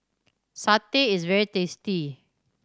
satay is very tasty